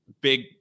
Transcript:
big